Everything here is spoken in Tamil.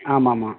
ஆமாம் ஆமாம்